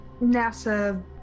NASA